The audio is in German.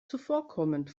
zuvorkommend